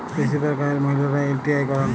বেশিরভাগ গাঁয়ের মহিলারা এল.টি.আই করেন